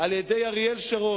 על-ידי אריאל שרון,